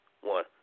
One